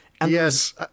Yes